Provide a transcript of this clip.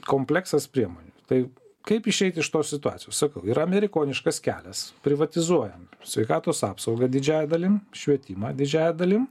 kompleksas priemonių taip kaip išeiti iš tos situacijos sakau ir amerikoniškas kelias privatizuojant sveikatos apsaugą didžiąja dalim švietimą didžiąja dalim